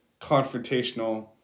confrontational